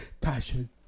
passion